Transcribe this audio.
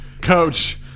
coach